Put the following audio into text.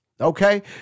Okay